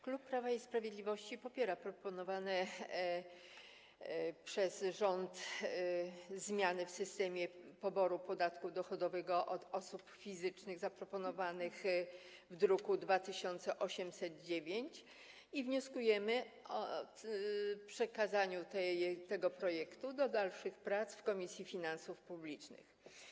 Klub Prawo i Sprawiedliwość popiera proponowane przez rząd zmiany w systemie poboru podatku dochodowego od osób fizycznych zaproponowane w druku nr 2809 i wnioskuje o przekazanie tego projektu do dalszych prac w Komisji Finansów Publicznych.